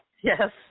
Yes